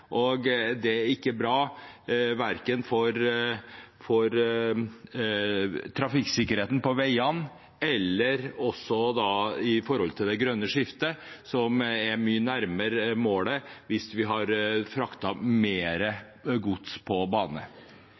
og det er ikke bra verken for trafikksikkerheten på veiene eller med tanke på det grønne skiftet, som ville vært mye nærmere målet hvis vi hadde fraktet mer gods på bane.